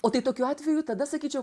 o tai tokiu atveju tada sakyčiau